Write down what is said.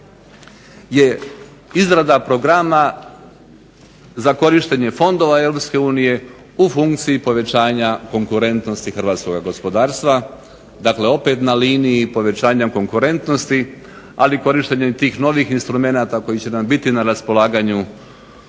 je izrada programa za korištenje fondova Europske unije u funkciji povećanja konkurentnosti hrvatskoga gospodarstva, dakle opet na liniji povećanja konkurentnosti ali korištenjem tih novih instrumenata koji će nam biti na raspolaganju